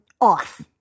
off